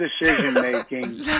decision-making